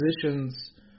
positions